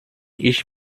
ich